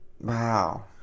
Wow